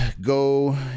go